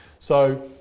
so,